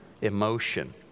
emotion